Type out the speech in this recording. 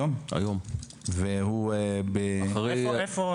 וכול הזמן אנחנו מבקשים מחזי: תשלח שקיפות,